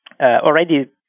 already